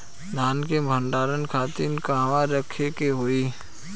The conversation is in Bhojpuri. धान के भंडारन खातिर कहाँरखे के होई?